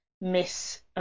miss